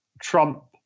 Trump